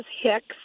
hicks